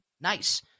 Nice